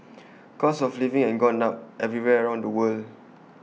costs of living have gone up everywhere around the world